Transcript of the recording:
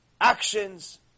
actions